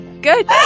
good